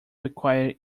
require